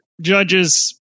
judges